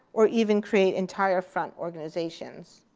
or even create entire front organizations.